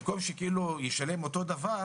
במקום שישלם אותו דבר